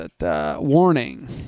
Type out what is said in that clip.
Warning